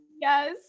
yes